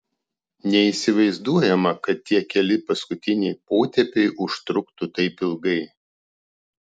neįsivaizduojama kad tie keli paskutiniai potėpiai užtruktų taip ilgai